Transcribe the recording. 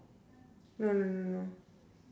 no no no no